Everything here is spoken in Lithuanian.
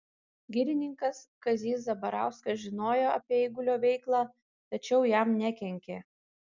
girininkas kazys zabarauskas žinojo apie eigulio veiklą tačiau jam nekenkė